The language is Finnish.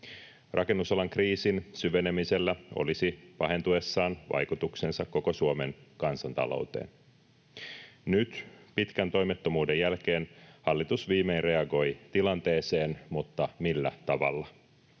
Rakennusalan kriisin syvenemisellä olisi pahentuessaan vaikutuksensa koko Suomen kansantalouteen. Nyt pitkän toimettomuuden jälkeen hallitus viimein reagoi tilanteeseen, mutta millä tavalla?